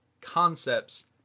concepts